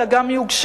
אלא גם יוגשם,